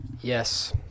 Yes